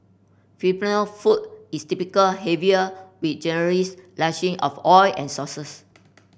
Filipino food is typical heavier with generous lashing of oil and sauces